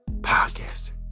podcaster